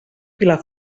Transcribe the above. pilar